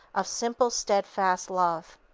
of simple, steadfast love.